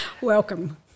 Welcome